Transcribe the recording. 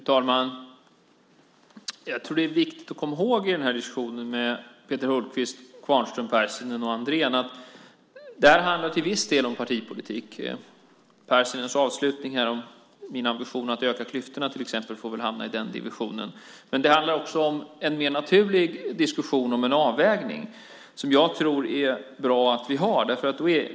Fru talman! Jag tror att det i den här diskussionen med Peter Hultqvist, Kvarnström, Pärssinen och Andrén till viss del handlar om partipolitik. Pärssinens avslutning här om min ambition att öka klyftorna till exempel får väl hamna i den divisionen. Det handlar också om en mer naturlig diskussion om en avvägning som jag tror att det är bra att vi har.